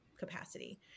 capacity